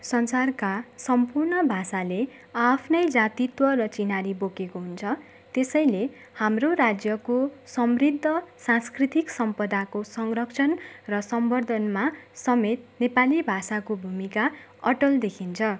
संसारका सम्पूर्ण भाषाले आ आफ्नै जातित्व र चिनारी बोकेको हुन्छ त्यसैले हाम्रो राज्यको समृद्ध सांस्कृतिक सम्पदाको संरक्षण र संवर्धनमा समेत नेपाली भाषाको भूमिका अटल देखिन्छ